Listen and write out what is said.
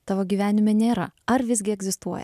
tavo gyvenime nėra ar visgi egzistuoja